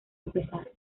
empezar